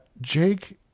Jake